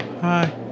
Hi